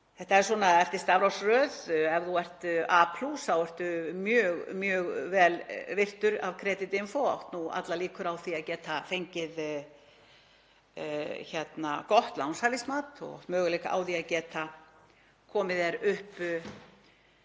Þetta er svona eftir stafrófsröð. Ef þú ert A plús þá ertu mjög vel virtur af Creditinfo og allar líkur á því að þú getir fengið gott lánshæfismat og möguleika á því að geta komið þér upp